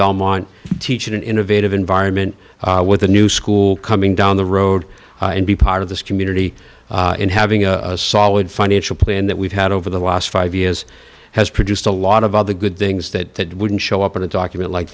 belmont teach in an innovative environment with a new school coming down the road and be part of this community in having a solid financial plan that we've had over the last five years has produced a lot of other good things that wouldn't show up in a document like